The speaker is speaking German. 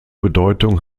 bedeutung